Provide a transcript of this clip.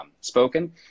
spoken